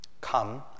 Come